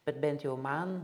bet bent jau man